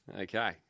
Okay